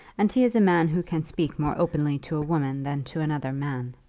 and he is a man who can speak more openly to a woman than to another man.